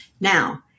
Now